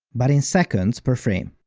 but in seconds per frame.